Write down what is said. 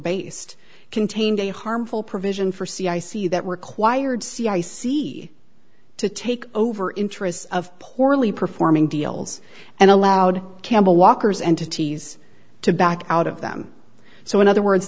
based contained a harmful provision for c i c that required c i see to take over interests of poorly performing deals and allowed campbell walker's entities to back out of them so in other words